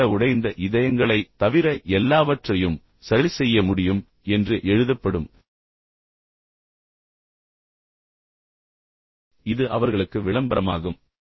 அங்கு கூட உடைந்த இதயங்களைத் தவிர எல்லாவற்றையும் சரிசெய்ய முடியும் என்று எழுதப்படும் இது அவர்களுக்கு விளம்பரமாகும்